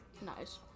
Nice